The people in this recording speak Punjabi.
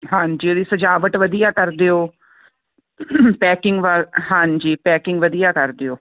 ਹਾਂਜੀ ਉਹਦੀ ਸਜਾਵਟ ਵਧੀਆ ਕਰ ਦਿਓ ਪੈਕਿੰਗ ਵ ਹਾਂਜੀ ਪੈਕਿੰਗ ਵਧੀਆ ਕਰ ਦਿਓ